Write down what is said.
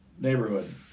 neighborhood